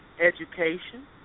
education